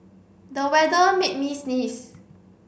the weather made me sneeze